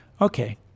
Okay